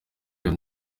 iyo